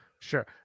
sure